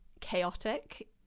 chaotic